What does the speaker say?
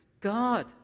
God